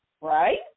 right